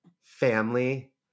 family